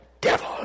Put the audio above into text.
devil